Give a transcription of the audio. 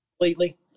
completely